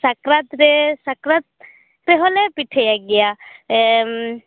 ᱥᱟᱠᱨᱟᱛ ᱨᱮ ᱥᱟᱠᱨᱟᱛ ᱛᱮᱦᱚᱞᱮ ᱯᱤᱴᱷᱟᱹᱭᱟ ᱜᱮᱭᱟ ᱮᱢ